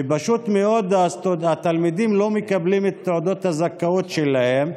ופשוט מאוד התלמידים לא מקבלים את תעודות הזכאות שלהם.